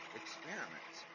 experiments